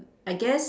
I guess